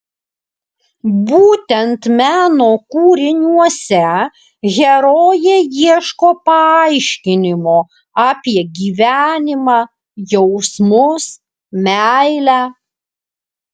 būtent meno kūriniuose herojė ieško paaiškinimo apie gyvenimą jausmus meilę